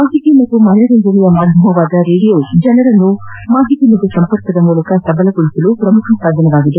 ಮಾಹಿತಿ ಮತ್ತು ಮನರಂಜನೆಯ ಮಾಧ್ಯಮವಾದ ರೇಡಿಯೋ ಜನರನ್ನು ಮಾಹಿತಿ ಹಾಗೂ ಸಂಪರ್ಕದ ಮೂಲಕ ಸಬಲಗೊಳಿಸಲು ಪ್ರಮುಖ ಸಾಧನವಾಗಿದೆ